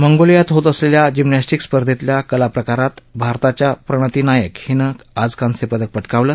मंगोलियात होत असलेल्या जिमनॅस्टिक स्पर्धेतल्या कलाप्रकारात भारताच्या प्रणती नायक हिनं आज कांस्यपदक पटकावलं